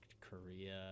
Korea